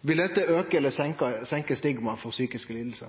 Vil dette auke eller senke stigmaet rundt psykiske